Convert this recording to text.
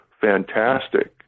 fantastic